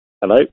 Hello